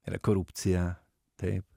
yra korupcija taip